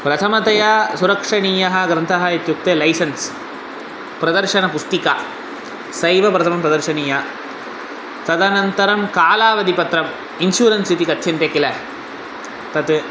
प्रथमतया सुरक्षणीयः ग्रन्थः इत्युक्ते लैसेन्स् प्रदर्शनपुस्तिका सैव प्रथमं प्रदर्शनीया तदनन्तरं कालावधिपत्रम् इन्शूरेन्स् इति कथ्यन्ते किल तत्